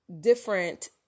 different